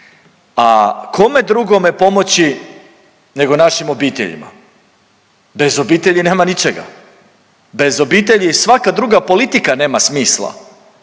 a kome drugome pomoći nego našim obiteljima? Bez obitelji nema ničega, bez obitelji svaka druga politika nema smisla,